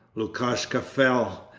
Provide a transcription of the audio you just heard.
lukashka fell,